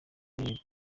icyizere